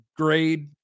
grade